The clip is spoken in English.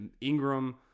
Ingram